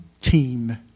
team